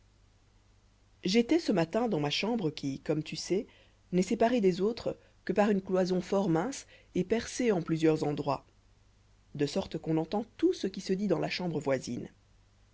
étois ce matin dans ma chambre laquelle comme tu sais n'est séparée des autres que par une cloison fort mince et percée en plusieurs endroits de manière qu'on entend tout ce qui se dit dans la chambre voisine